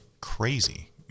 crazy